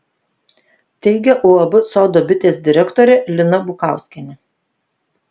teigia uab sodo bitės direktorė lina bukauskienė